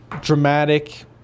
dramatic